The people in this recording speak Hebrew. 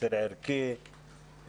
מסר ערכי,